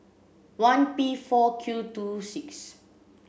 one P four Q two six